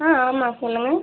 ஆ ஆமாம் சொல்லுங்கள்